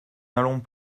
n’allons